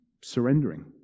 surrendering